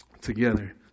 together